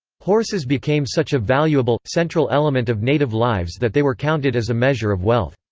horses became such a valuable, central element of native lives that they were counted as a measure of wealth.